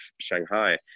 Shanghai